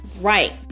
Right